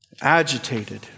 agitated